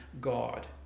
God